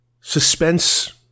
suspense